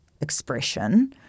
expression